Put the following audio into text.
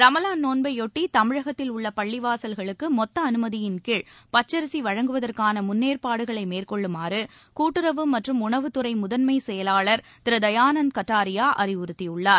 ரமலான் நோன்பையாட்டி தமிழகத்தில் உள்ள பள்ளிவாசல்களுக்கு மொத்த அனுமதியின் கீழ் பச்சரிசி வழங்குவதற்கான முன்னேற்பாடுகளை மேற்கொள்ளுமாறு கூட்டுறவு மற்றும் உணவுத்துறை முதன்மைச் செயலாளர் திரு தயானந்த் கட்டாரியா அறிவுறுத்தியுள்ளார்